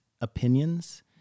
opinions